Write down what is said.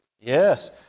Yes